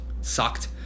sucked